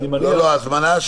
אני לא מדבר רק על עיר אדומה.